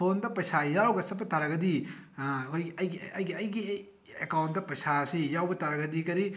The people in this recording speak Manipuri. ꯐꯣꯟꯗ ꯄꯩꯁꯥ ꯌꯥꯎꯔꯒ ꯆꯠꯄ ꯇꯥꯔꯒꯗꯤ ꯑꯩꯒꯤ ꯑꯦꯀꯥꯎꯟꯗ ꯄꯩꯁꯥꯁꯤ ꯌꯥꯎꯕ ꯇꯥꯔꯒꯗꯤ ꯀꯔꯤ